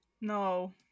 no